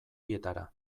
bietara